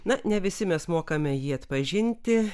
na ne visi mes mokame jį atpažinti